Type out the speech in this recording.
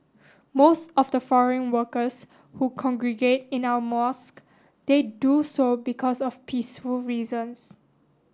most of the foreign workers who congregate in our mosque they do so because of peaceful reasons